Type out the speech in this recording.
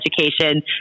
education